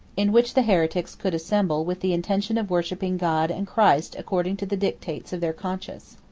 in which the heretics could assemble with the intention of worshipping god and christ according to the dictates of their conscience.